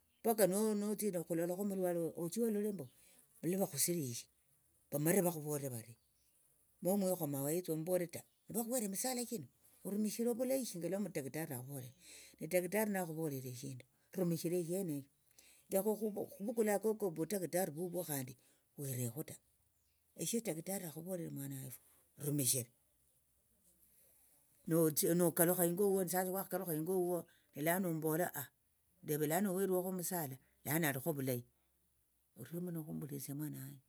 Paka no notsire okhulola omulwale oyo otsie olole mbu luvakhusirishe vamalire vakhuvolera varie momuhekho mawaitha omumbolere ta vakhuhere emisala chino rumishira ovulayi shinga lo omutaktari avolere ne taktari nakhuvolere eshindu rumirishara eshenesho lakha okhuvu okhuvukula akoko ovutakitari vuvyo werekhutsa esahatakitari akhuvolere mwana wefu rumishira notsia nokalukha ingo huo ni sasa wakhakalukha ingo huo ni lano ovola leve lano huherwekho emisala lano alikho ovulehi orio muno okhumbulirisia mwana wanje.